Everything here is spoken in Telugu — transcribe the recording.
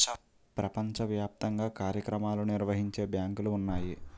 ప్రపంచ వ్యాప్తంగా కార్యక్రమాలు నిర్వహించే బ్యాంకులు ఉన్నాయి